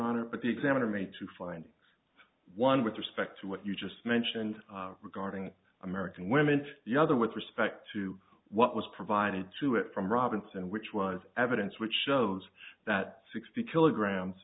honor but the examiner may to find one with respect to what you just mentioned regarding american women the other with respect to what was provided to it from robinson which was evidence which shows that sixty kilograms